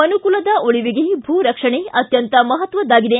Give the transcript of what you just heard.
ಮನುಕುಲದ ಉಳಿವಿಗೆ ಭೂ ರಕ್ಷಣೆ ಅತ್ಯಂತ ಮಹತ್ವದ್ದಾಗಿದೆ